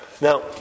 Now